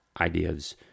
ideas